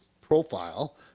profile